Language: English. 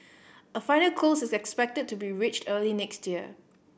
a final close is expected to be reached early next year